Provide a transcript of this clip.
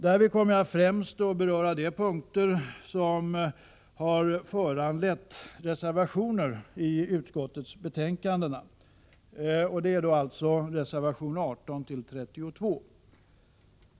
Därvid kommer jag att främst beröra de punkter som har föranlett reservationer. De ifrågavarande reservationerna är alltså reservationerna 18-32.